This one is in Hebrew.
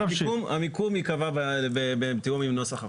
המיקום ייקבע בתיאום עם נוסח החוק.